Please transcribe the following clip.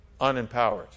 Unempowered